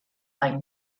ein